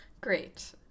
Great